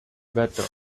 better